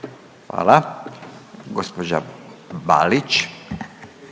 **Balić, Marijana (HDZ)**